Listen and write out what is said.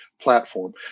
platform